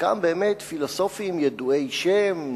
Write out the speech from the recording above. חלקם באמת פילוסופים ידועי שם,